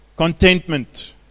contentment